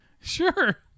Sure